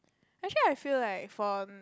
actually I feel like for